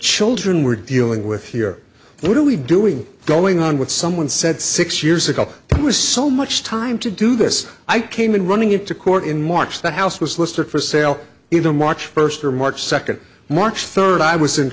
children we're dealing with here what are we doing going on with someone said six years ago it was so much time to do this i came in running into court in march the house was listed for sale even march first or march second march third i was in